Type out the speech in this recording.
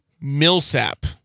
Millsap